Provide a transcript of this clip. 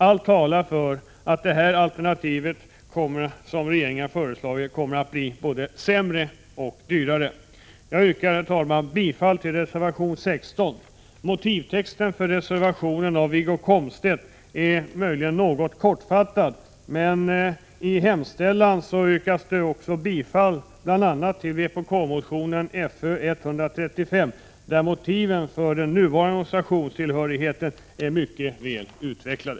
Allt talar för att det alternativ som regeringen har föreslagit kommer att bli både sämre och dyrare. Jag yrkar, herr talman, bifall till reservation 16. Motivtexten i Wiggo Komstedts reservation är möjligen något kortfattad, men i hemställan yrkas det bifall till bl.a. vpk:s motion Föl35, där motiven för den nuvarande organisationstillhörigheten är mycket väl utvecklade.